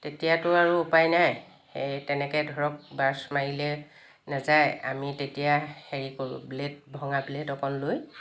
তেতিয়াটো আৰু উপায় নাই এই তেনেকৈ ধৰক ব্ৰাশ্ব মাৰিলে নাযায় আমি তেতিয়া হেৰি কৰোঁ ব্লে'ড ভঙা ব্লে'ড অকণ লৈ